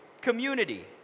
community